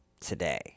today